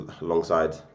alongside